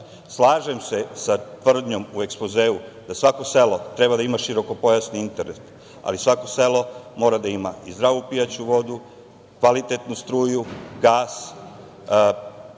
Slažem se sa tvrdnjom u ekspozeu da svako selo treba da ima širokopojasni interes, ali svako selo mora da ima i zdravu pijaću vodi, kvalitetnu struju, gas,